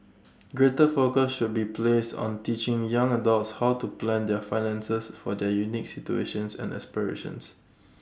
greater focus should be placed on teaching young adults how to plan their finances for their unique situations and aspirations